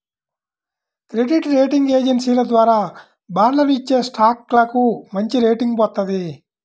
credit rating ఏజెన్సీల ద్వారా బాండ్లను ఇచ్చేస్టాక్లకు మంచిరేటింగ్ వత్తది